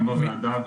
גם בוועדה,